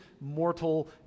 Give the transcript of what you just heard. mortal